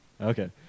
Okay